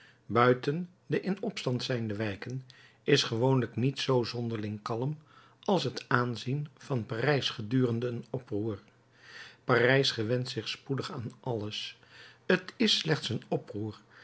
buiten de in opstand zijnde wijken is gewoonlijk niets zoo zonderling kalm als het aanzien van parijs gedurende een oproer parijs gewent zich spoedig aan alles t is slechts een oproer